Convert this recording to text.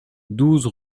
douze